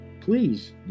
Please